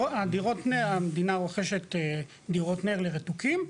כן, המדינה רוכשת דירות נ"ר לרתוקים,